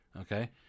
okay